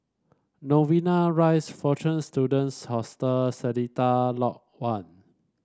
Novena Rise Fortune Students Hostel Seletar Lodge One